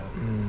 um